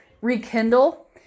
rekindle